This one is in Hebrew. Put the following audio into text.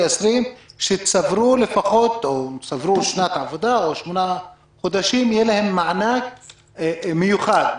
20 ושצברו שנת עבודה או שמונה חודשים מענק מיוחד.